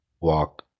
walk